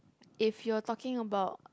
if you're talking about